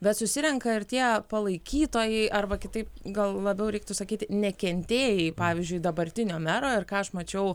bet susirenka ir tie palaikytojai arba kitaip gal labiau reiktų sakyti nekentėjai pavyzdžiui dabartinio mero ir ką aš mačiau